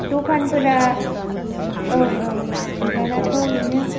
दखानफोरा औ औ बिबारआथ' बेनो